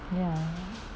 ya